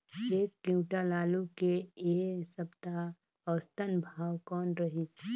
एक क्विंटल आलू के ऐ सप्ता औसतन भाव कौन रहिस?